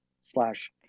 slash